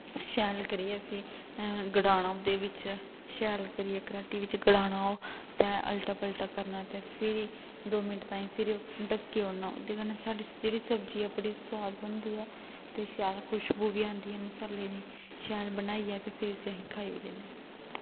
शैल करियै उसी गडकाना शैल करियै उसी गड़काना ओह् ते अलटा पलटा करना ते फ्ही दौ मिन्ट ताहीं ढक्की ओड़ना ओह्दे कन्नै जेह्ड़ी साढ़ी सब्जी ऐ ओह् सोआद बनदी ते शैल खुशबू बी आंदी ऐ मसालें दी ते शैल बनाइयै ते भी अस उसी खाई बी लैने